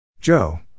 Joe